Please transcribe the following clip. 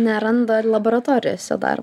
neranda laboratorijose dar